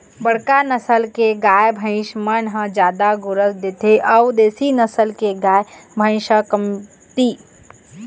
बड़का नसल के गाय, भइसी मन ह जादा गोरस देथे अउ देसी नसल के गाय, भइसी ह कमती